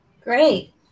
Great